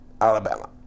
Alabama